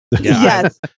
yes